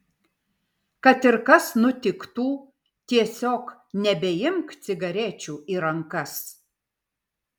kad ir kas nutiktų tiesiog nebeimk cigarečių į rankas